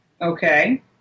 okay